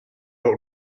out